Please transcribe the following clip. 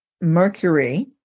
Mercury